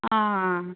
ஆ